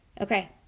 Okay